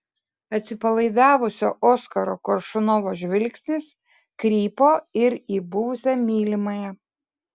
atsipalaidavusio oskaro koršunovo žvilgsnis krypo ir į buvusią mylimąją